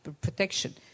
protection